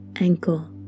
ankle